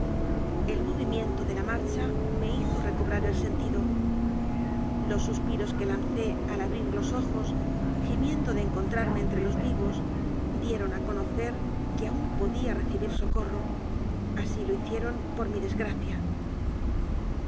movimien to de la marcha me hizo recobrar el sentido los suspiros que lancé al abrir los ojos gimiendo de encontrarme entre los vivos dieron a conocer que aún podía recibir socorro así lo hicieron por mi desgracia